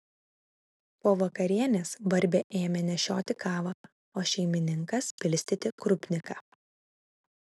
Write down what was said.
po vakarienės barbė ėmė nešioti kavą o šeimininkas pilstyti krupniką